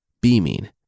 beaming